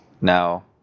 Now